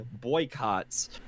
boycotts